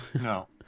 No